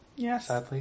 Yes